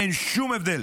אין שום הבדל